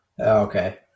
Okay